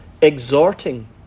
exhorting